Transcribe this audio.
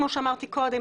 כמו שאמרתי קודם,